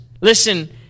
listen